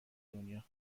دنیا